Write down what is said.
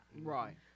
Right